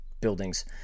buildings